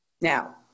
Now